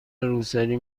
روسری